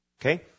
Okay